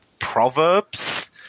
proverbs